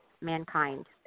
mankind